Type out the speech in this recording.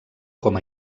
com